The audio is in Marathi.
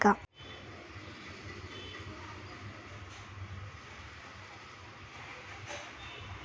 खाते शिल्लक सुरुवातीच्या शिल्लक द्वारे मोजले जाते का?